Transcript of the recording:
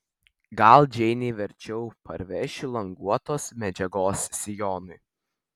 gal džeinei verčiau parvešiu languotos medžiagos sijonui